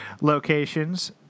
locations